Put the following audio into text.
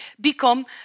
become